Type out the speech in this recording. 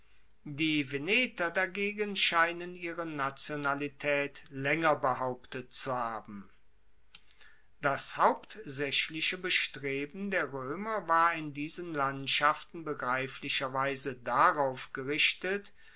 die veneter dagegen scheinen ihre nationalitaet laenger behauptet zu haben das hauptsaechliche bestreben der roemer war in diesen landschaften begreiflicherweise darauf gerichtet